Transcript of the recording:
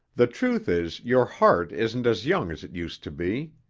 the truth is your heart isn't as young as it used to be.